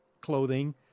clothing